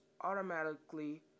automatically